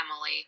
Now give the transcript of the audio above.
Emily